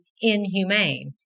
inhumane